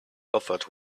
offered